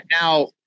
Now